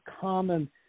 common